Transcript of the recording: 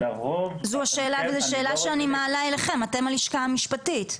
זו שאלה שאני מעלה אליכם, אתם הלשכה המשפטית.